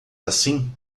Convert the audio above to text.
assim